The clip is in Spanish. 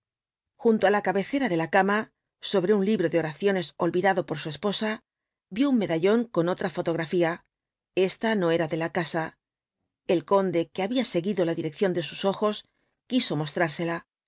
junto á la cabecera de la cama sobre un libro de oraciones olvidado por su esposa vio un medallón con otra fotografía esta no era de la casa el conde que había seguido la dirección de sus ojos quiso mostrársela